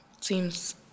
Seems